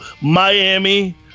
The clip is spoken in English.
Miami